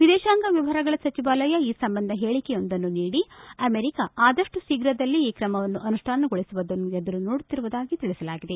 ವಿದೇಶಾಂಗ ವ್ಲವಹಾರಗಳ ಸಚಿವಾಲಯ ಈ ಸಂಬಂಧ ಹೇಳಿಕೆಯೊಂದನ್ನು ನೀಡಿ ಅಮೆರಿಕ ಆದಷ್ಟು ಶೀಘ್ರದಲ್ಲೇ ಈ ಕ್ರಮವನ್ನು ಅನುಷ್ಠಾನಗೊಳಿಸುವುದನ್ನು ಎದುರು ನೋಡುತ್ತಿರುವುದಾಗಿ ತಿಳಿಸಲಾಗಿದೆ